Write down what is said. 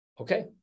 Okay